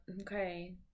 Okay